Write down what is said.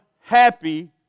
happy